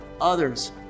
others